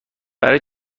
برای